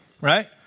Right